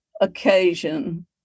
occasion